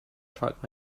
track